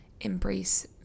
embrace